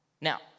Now